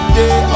day